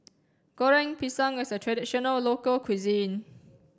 goreng pisang is a traditional local cuisine